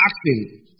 acting